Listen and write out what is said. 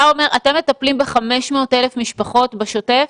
אתה אומר שאתם מטפלים ב-500,000 משפחות בשוטף?